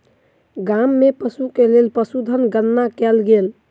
गाम में पशु के लेल पशुधन गणना कयल गेल